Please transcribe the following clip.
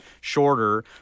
shorter